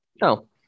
No